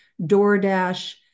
DoorDash